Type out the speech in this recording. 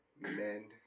Men